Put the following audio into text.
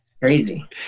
crazy